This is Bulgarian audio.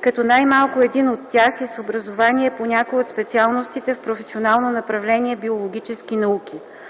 като най-малко един от тях е с образование по някоя от специалностите в професионално направление „биологически науки”.